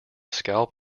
scalp